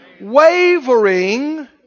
Wavering